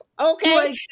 Okay